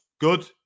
Good